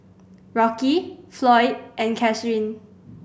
Rocky Floyd and Kathrine